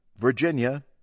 Virginia